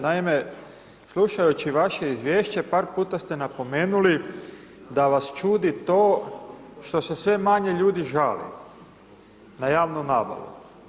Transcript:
Naime, slušajući vaše izvješće par puta ste napomenuli da vas čudi to što se sve manje ljudi žali na javnu nabavu.